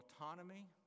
autonomy